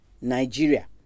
Nigeria